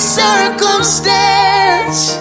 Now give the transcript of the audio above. circumstance